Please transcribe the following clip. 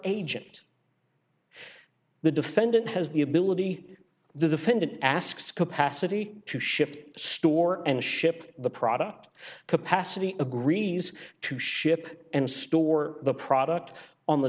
agent the defendant has the ability the defendant asks capacity to ship store and ship the product capacity agrees to ship and store the product on the